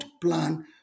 plan